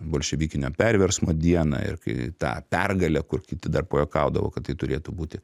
bolševikinio perversmo dieną ir kai tą pergalę kur kiti dar pajuokaudavo kad tai turėtų būti